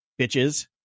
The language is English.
bitches